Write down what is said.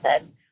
method